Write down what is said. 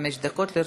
חמש דקות לרשותך.